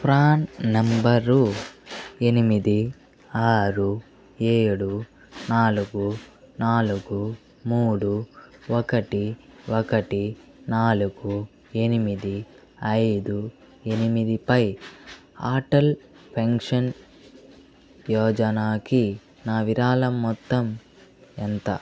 PRAN number ఎనిమిది ఆరు ఏడు నాలుగు నాలుగు మూడు ఒకటి ఒకటి నాలుగు ఎనిమిది ఐదు ఎనిమిదిపై అటల్ పెన్షన్ యోజనాకి నా విరాళం మొత్తం ఎంత